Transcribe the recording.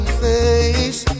face